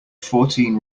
fourteen